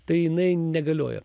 tai jinai negalioja